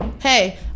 hey